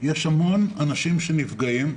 יש המון אנשים שנפגעים.